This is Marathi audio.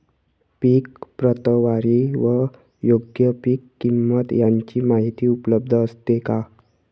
पीक प्रतवारी व योग्य पीक किंमत यांची माहिती उपलब्ध असते का?